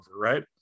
right